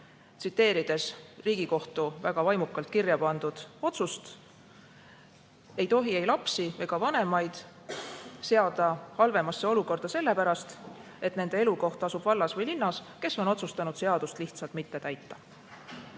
Tsiteerides Riigikohtu vaimukalt kirja pandud otsust, ei tohi ei lapsi ega vanemaid seada halvemasse olukorda sellepärast, et nende elukoht asub vallas või linnas, kes on otsustanud seadust mitte täita.